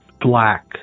black